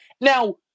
Now